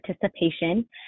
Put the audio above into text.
Participation